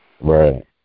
Right